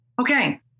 Okay